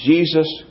Jesus